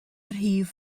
rhif